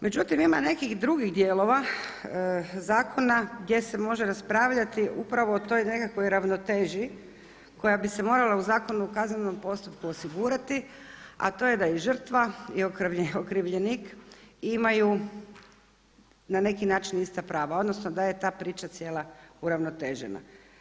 Međutim, ima nekih drugih dijelova zakona gdje se može raspravljati upravo o toj nekakvoj ravnoteži koja bi se morala u Zakonu o kaznenom postupku osigurati, a to je da je žrtva i okrivljenik imaju na neki način ista prava, odnosno da je ta priča cijela uravnotežena.